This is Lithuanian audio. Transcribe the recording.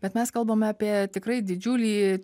bet mes kalbame apie tikrai didžiulį